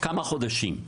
כמה חודשים,